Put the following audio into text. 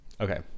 Okay